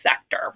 sector